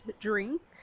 drink